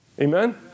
Amen